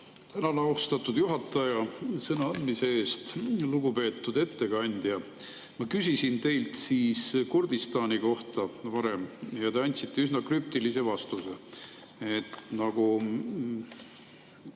Tänan, austatud juhataja, sõna andmise eest! Lugupeetud ettekandja! Ma küsisin teilt enne Kurdistani kohta ja te andsite üsna krüptilise vastuse.